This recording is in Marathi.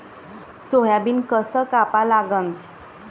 सोयाबीन कस कापा लागन?